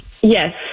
Yes